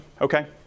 Okay